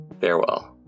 Farewell